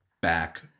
back